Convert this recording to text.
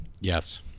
Yes